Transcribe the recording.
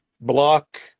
block